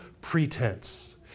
pretense